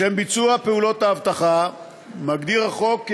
לשם ביצוע פעולות האבטחה מגדיר החוק כי